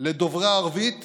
לדוברי הערבית